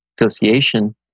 association